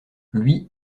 lui